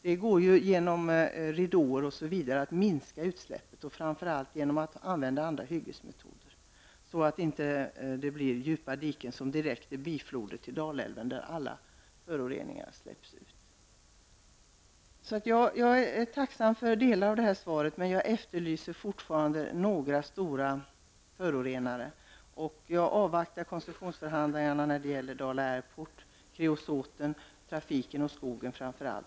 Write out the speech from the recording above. Det går genom ridåer osv. och framför allt genom att använda andra hyggesmetoder att minska utsläppen så att det inte blir djupa diken som bifloder till Dalälven, genom vilka alla föroreningar släpps ut. Jag är tacksam för delar av svaret, men jag efterlyser fortfarande en belysning av några stora förorenare. Jag avvaktar koncessionsförhandlingarna när det gäller Dala Airport, kreosot, trafiken och skogen.